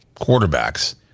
quarterbacks